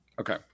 Okay